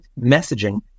messaging